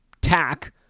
tack